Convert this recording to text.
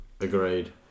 Agreed